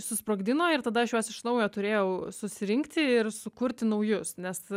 susprogdino ir tada aš juos iš naujo turėjau susirinkti ir sukurti naujus nes